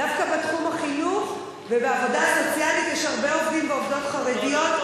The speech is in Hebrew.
דווקא בתחום החינוך ובעבודה סוציאלית יש הרבה עובדים ועובדות חרדים,